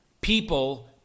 people